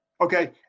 Okay